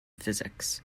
physics